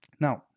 Now